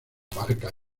abarca